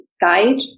guide